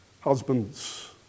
husbands